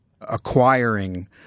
acquiring